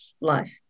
life